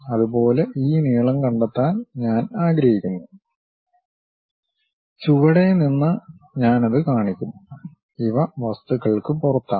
അതുപോലെ ഈ നീളം കണ്ടെത്താൻ ഞാൻ ആഗ്രഹിക്കുന്നു ചുവടെ നിന്ന് ഞാൻ അത് കാണിക്കും ഇവ വസ്തുക്കൾക്ക് പുറത്താണ്